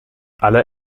alle